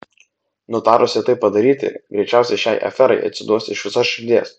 nutarusi tai padaryti greičiausiai šiai aferai atsiduos iš visos širdies